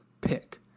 pick